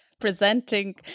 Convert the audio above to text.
presenting